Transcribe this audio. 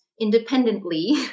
independently